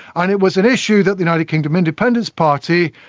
and it was an issue that the united kingdom independence party,